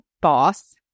boss